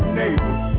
neighbors